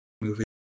movie